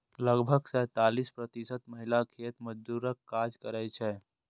लगभग सैंतालिस प्रतिशत महिला खेत मजदूरक काज करै छै